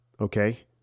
Okay